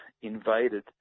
invaded